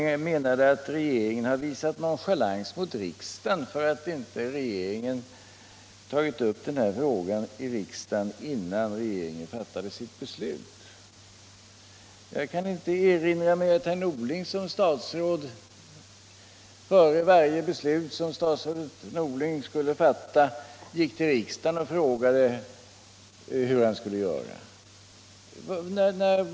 Han menade att regeringen hade visat nonchalans mot riksdagen genom att inte ta upp denna fråga i riksdagen, innan regeringen fattade sitt beslut. Jag kan inte erinra mig att herr Norling såsom statsråd före varje beslut som han skulle fatta gick till riksdagen och frågade hur han skulle göra.